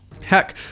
Heck